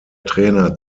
trainer